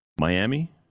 Miami